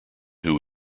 who